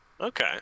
Okay